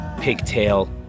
Pigtail